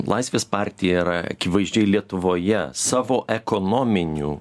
laisvės partija yra akivaizdžiai lietuvoje savo ekonominiu